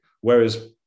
Whereas